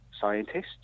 scientists